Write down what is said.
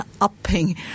upping